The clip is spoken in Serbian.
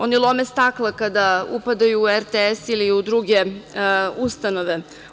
Oni lome stakla kada upadaju u RTS ili u druge ustanove.